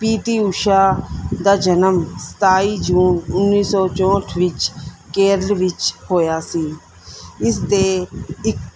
ਪੀ T Usha ਦਾ ਜਨਮ ਸਤਾਈ ਜੂਨ ਉੱਨੀ ਸੌ ਚੌਂਹਠ ਵਿੱਚ ਕੇਰਲ ਵਿੱਚ ਹੋਇਆ ਸੀ ਇਸ ਦੇ ਇੱਕ